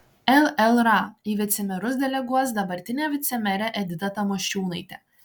llra į vicemerus deleguos dabartinę vicemerę editą tamošiūnaitę